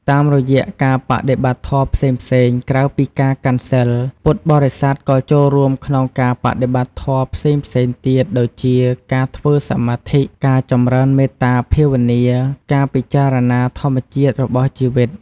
តាមរយៈការបដិបត្តិធម៌ផ្សេងៗ ក្រៅពីការកាន់សីល ពុទ្ធបរិស័ទក៏ចូលរួមក្នុងការបដិបត្តិធម៌ផ្សេងៗទៀត ដូចជាការធ្វើសមាធិ ការចម្រើនមេត្តាភាវនា ការពិចារណាធម្មជាតិរបស់ជីវិត ។